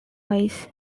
wise